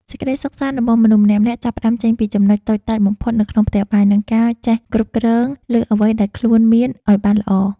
សេចក្តីសុខសាន្តរបស់មនុស្សម្នាក់ៗចាប់ផ្តើមចេញពីចំណុចតូចតាចបំផុតនៅក្នុងផ្ទះបាយ និងការចេះគ្រប់គ្រងលើអ្វីដែលខ្លួនមានឱ្យបានល្អ។